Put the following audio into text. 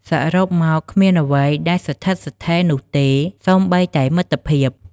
សរុបមក គ្មានអ្វីដែលស្ថិតស្ថេរនោះទេ សូម្បីតែមិត្តភាព។